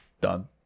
Done